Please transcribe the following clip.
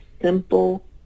simple